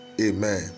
Amen